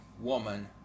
woman